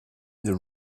the